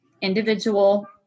individual